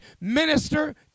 minister